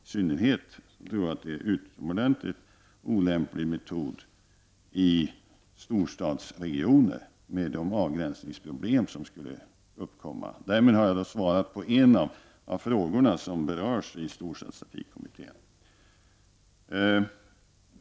I synnerhet tror jag att det vore en utomordentligt olämplig metod i storstadsregioner, med de avgränsningsproblem som skulle uppkomma då. Därmed har jag besvarat en av de frågor som berörs i storstadstrafikkommittén.